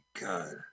god